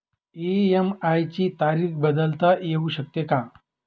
EMI ची तारीख बदलता येऊ शकते का?